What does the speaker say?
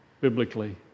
biblically